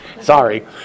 Sorry